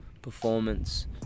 performance